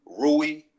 Rui